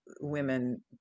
women